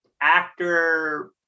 actor